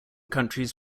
countries